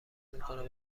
میکنم